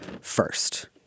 first